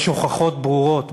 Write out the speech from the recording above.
יש הוכחות ברורות,